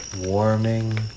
warming